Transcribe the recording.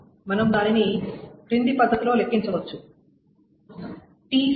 మనం దానిని క్రింది పద్ధతిలో లెక్కించవచ్చు